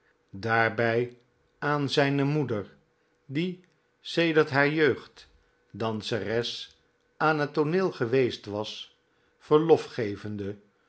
daarbij aan zijne moeder die sodert haar jeugd danseres aan dat tooneel gevveest was verlof gevende